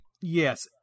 Yes